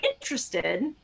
interested